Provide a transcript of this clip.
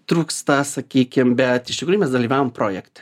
trūksta sakykim bet iš tikrųjų mes dalyvaujam projekte